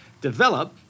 develop